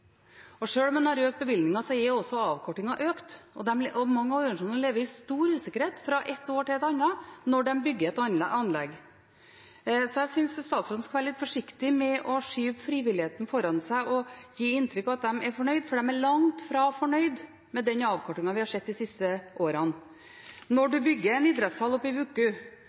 usikkerhet. Sjøl om en har økt bevilgningen, er også den prosentvise avkortingen økt, og mange organisasjoner lever i stor usikkerhet fra et år til et annet når de bygger et anlegg. Så jeg synes statsråden skal være litt forsiktig med å skyve frivilligheten foran seg og gi inntrykk av at de er fornøyd, for de er langt fra fornøyd med den avkortingen vi har sett de siste årene. Når man bygger en idrettshall i